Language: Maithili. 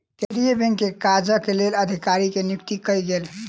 केंद्रीय बैंक के काजक लेल अधिकारी के नियुक्ति कयल गेल